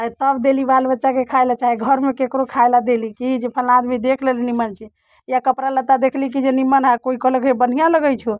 आओर तब देली बाल बच्चाके खाइ लए चाहे घरमे ककरो खाइले देली कि जे फल्ला आदमी देख लेली निमन छै या कपड़ा लत्ता देखली कि जे निमन हय कोइ कहलक बढ़िआँ लगै छौ